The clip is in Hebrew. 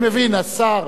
אני מבין, השר,